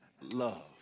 love